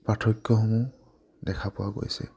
পাৰ্থক্যসমূহ দেখা পোৱা গৈছে